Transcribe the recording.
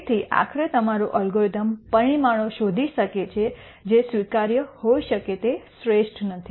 તેથી આખરે તમારું એલ્ગોરિધમ પરિમાણો શોધી શકે છે જે સ્વીકાર્ય હોઈ શકે તે શ્રેષ્ઠ નથી